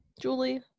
julie